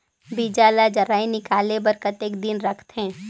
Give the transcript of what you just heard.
बीजा ला जराई निकाले बार कतेक दिन रखथे?